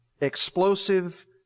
Explosive